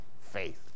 faith